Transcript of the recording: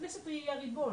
הכנסת היא הריבון,